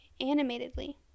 animatedly